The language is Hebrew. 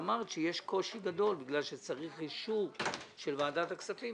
דיברת איתי ואמרת שמשום שצריך אישור של ועדת הכספים,